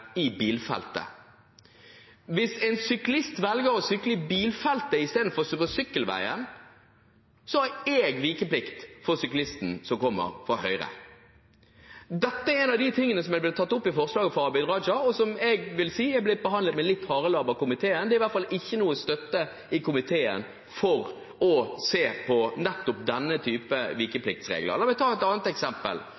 i bilveien. Hvis en syklist velger å sykle på bilveien istedenfor på sykkelveien, har jeg vikeplikt for syklistene som kommer fra høyre. Dette er en av de tingene som er blitt tatt opp i forslaget fra Abid Q. Raja, og som jeg vil si er blitt behandlet med en harelabb i komiteen. Det er i hvert fall ikke noe støtte i komiteen for å se på nettopp denne